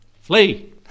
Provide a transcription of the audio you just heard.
Flee